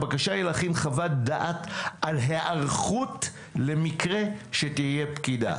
הבקשה היא להכין חוות דעת על היערכות למקרה שתהיה פגיעה.